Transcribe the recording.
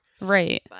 Right